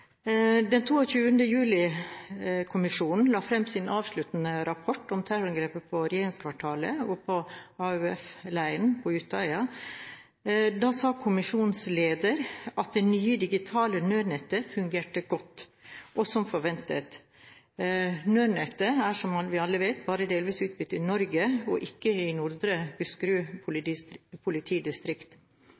la fram sin avsluttende rapport om terrorangrepene på regjeringskvartalet og på AUF-leiren på Utøya, sa kommisjonens leder at det nye digitale nødnettet fungerte godt – og som forventet. Nødnettet er, som vi alle vet, bare delvis utbygd i Norge, og ikke i Nordre Buskerud politidistrikt.